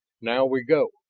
now we go!